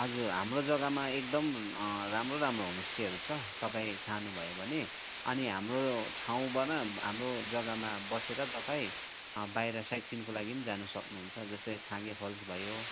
हजुर हाम्रो जग्गामा एकदम राम्रो राम्रो होमस्टेहरू छ तपाईँ चहानुभयो भने अनि हाम्रो ठाउँबाट हाम्रो जग्गामा बसेर तपाईँ बाहिर साइटसिनको लागि पनि जानु सक्नुहुन्छ जस्तै छाँगे फल्स भयो